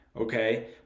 Okay